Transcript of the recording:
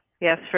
Yes